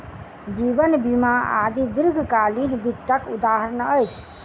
जीवन बीमा आदि दीर्घकालीन वित्तक उदहारण अछि